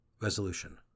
Resolution